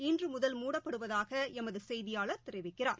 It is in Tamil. இன்றுமுதல் மூடப்படுவதாகஎமதுசெய்தியாளர் தெரிவிக்கிறார்